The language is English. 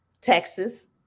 Texas